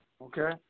Okay